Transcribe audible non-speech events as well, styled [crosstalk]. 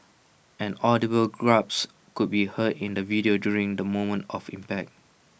an audible [unintelligible] could be heard in the video during the moment of impact